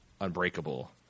Unbreakable